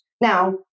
Now